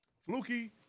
Fluky